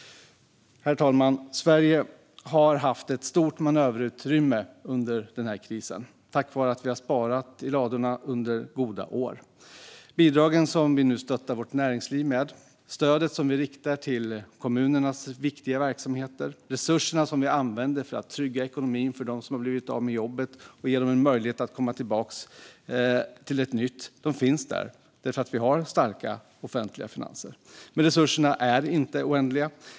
Herr talman! Sverige har haft ett stort manöverutrymme under denna kris tack vare att vi har sparat i ladorna under goda år. De bidrag som vi nu stöttar vårt näringsliv med, stödet som vi riktar till kommunernas viktiga verksamheter och resurserna som vi använder för att trygga ekonomin för dem som har blivit av med jobbet och ger dem en möjlighet att komma tillbaka till ett nytt finns där för att vi har starka offentliga finanser. Men resurserna är inte oändliga.